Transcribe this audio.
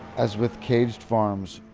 as with caged farms,